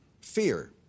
Fear